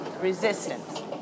resistance